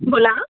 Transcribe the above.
बोला